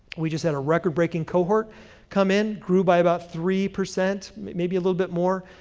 we just had a record-breaking cohort come in, grew by about three percent, maybe a little bit more.